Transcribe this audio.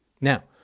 Now